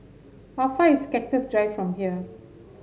how far is Cactus Drive from here